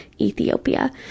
Ethiopia